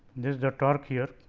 this is the torque here.